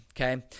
Okay